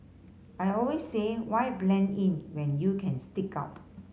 I always say why blend in when you can stick out